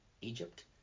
Egypt